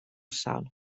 salt